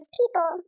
people